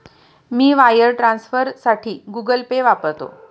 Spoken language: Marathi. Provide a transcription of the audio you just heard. मी वायर ट्रान्सफरसाठी गुगल पे वापरते